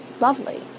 lovely